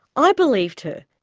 i believed her,